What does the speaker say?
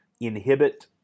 inhibit